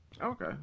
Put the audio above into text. Okay